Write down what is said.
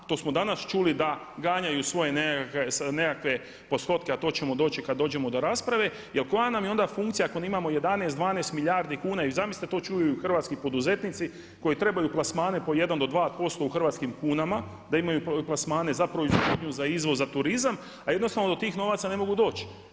To smo danas čuli da ganjaju svoje nekakve postotke a to ćemo doći kada dođemo do rasprave jer koja nam je onda funkcija ako imamo 11, 12 milijardi kuna i zamislite to čuju i hrvatski poduzetnici koji trebaju plasmane po 1 do 2% u hrvatskim kunama da imaju plasmane za proizvodnju, za izvoz, za turizam a jednostavno do tih novaca ne mogu doći.